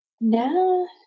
No